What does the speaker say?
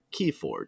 Keyforge